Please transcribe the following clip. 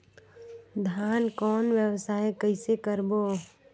धान कौन व्यवसाय कइसे करबो?